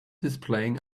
displaying